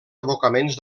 abocaments